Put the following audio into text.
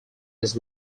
his